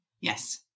Yes